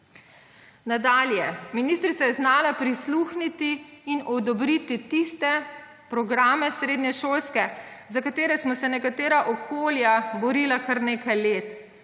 Nadalje. Ministrica je znala prisluhniti in odobriti tiste srednješolske programe, za katere smo se nekatera okolja borila kar nekaj let.